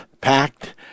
packed